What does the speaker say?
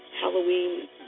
Halloween